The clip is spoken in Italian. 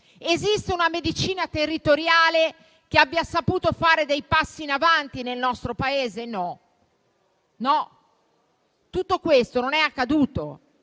Esiste una medicina territoriale che abbia saputo fare dei passi in avanti nel nostro Paese? No: tutto questo non è accaduto.